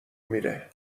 میره